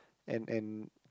and and